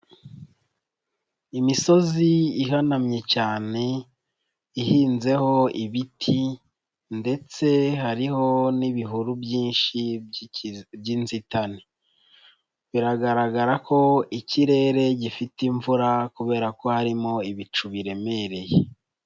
Imisozi ihanamye cyane ihinzeho ibiti ndetse hariho n'ibihuru by'inzitane biragaragara ko ikirere gifite imvura kubera ko harimo ibicu biremereye.